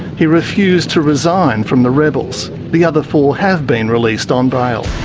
he refused to resign from the rebels. the other four have been released on bail.